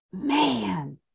man